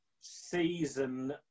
season